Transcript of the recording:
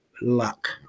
luck